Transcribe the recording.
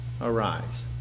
arise